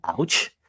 Ouch